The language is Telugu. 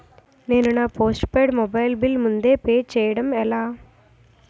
నేను నా పోస్టుపైడ్ మొబైల్ బిల్ ముందే పే చేయడం ఎలా?